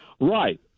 Right